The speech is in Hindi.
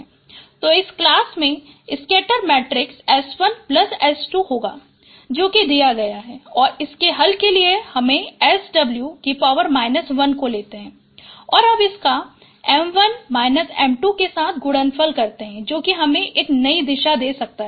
तो इस क्लास में स्कैटर मैट्रिक्स S1S2 होगें जो कि दी गयी है और इसके हल के लिए हम SW 1 को लेते हैं और अब इसका m1 m2 के साथ गुणनफल करते हैं जो हमें एक नयी दिशा दे सकता है